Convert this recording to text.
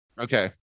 Okay